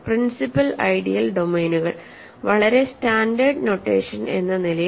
principal ideal ഡൊമെയ്നുകൾ വളരെ standard notation എന്ന നിലയിൽ